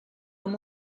amb